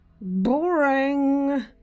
Boring